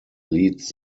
leads